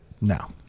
No